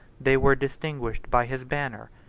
they were distinguished by his banner,